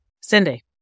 Cindy